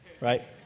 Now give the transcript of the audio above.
right